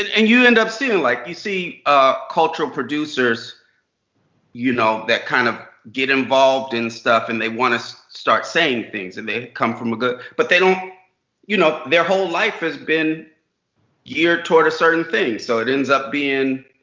and and you end up seeing like you see ah cultural producers you know that kind of get involved in stuff, and they want to start saying things. and they come from a good but they don't you know their whole life has been geared toward a certain thing. so it ends up being